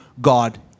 God